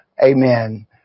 Amen